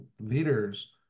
leaders